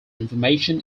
information